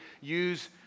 use